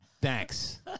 thanks